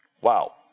Wow